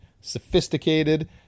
sophisticated